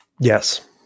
Yes